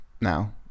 now